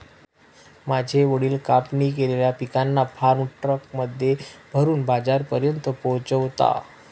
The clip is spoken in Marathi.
माझे वडील कापणी केलेल्या पिकांना फार्म ट्रक मध्ये भरून बाजारापर्यंत पोहोचवता